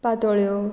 पातोळ्यो